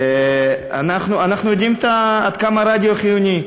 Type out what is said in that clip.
אנחנו יודעים עד כמה הרדיו חיוני.